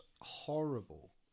horrible